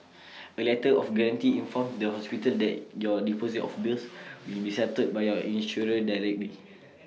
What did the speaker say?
A letter of guarantee informs the hospital that your deposit or bills will be settled by your insurer directly